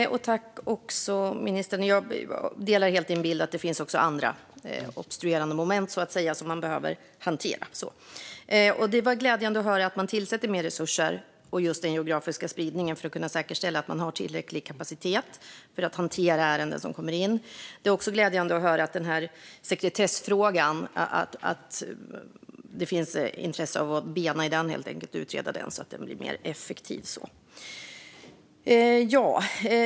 Herr talman! Tack, ministern, för svaret! Jag delar helt din bild att det också finns andra obstruerande moment som man behöver hantera. Det var glädjande att höra att man tillsätter mer resurser och just har den geografiska spridningen för att kunna säkerställa att man har tillräcklig kapacitet för att hantera ärenden som kommer in. Det är också glädjande att höra att det finns intresse att bena i sekretessfrågan och utreda den så att det blir mer effektivt.